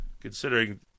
Considering